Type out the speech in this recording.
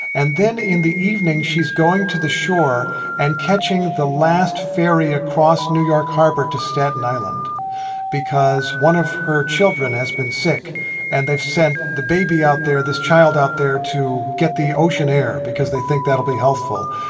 and then in the evening she's going to the shore and catching the last ferry across new york harbor to staten island because one of her children has been sick and they've sent the baby out there, this child out there to get the ocean air because they think that'll be helpful.